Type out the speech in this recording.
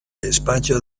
despacho